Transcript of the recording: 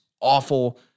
awful